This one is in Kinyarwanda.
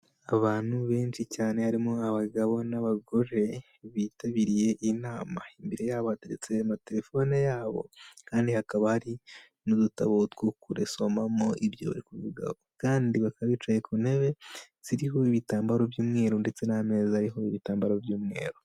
Abantu benshi cyane harimo abagabo n'abagore, bitabiriye inama, imbere yabo hateretsi amatelefone yabo, kandi hakaba hari n'udutabo two gusomamo ibyo barikuvuga, kandi baka bicaye ku ntebe ziriho ibitambaro by'umweru, ndetse n'ameza ariho ibitambaro by'umweru.